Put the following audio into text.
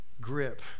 grip